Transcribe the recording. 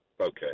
Okay